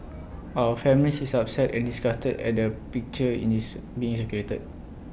our family is upset and disgusted at the picture in his being circulated